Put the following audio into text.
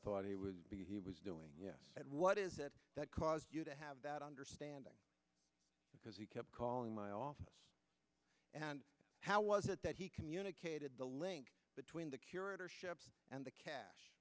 thought it was he was doing and what is it that caused you to have that understanding because he kept calling my office and how was it that he communicated the link between the curatorship and the cash